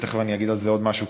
ותכף אני אגיד על זה עוד משהו,